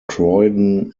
croydon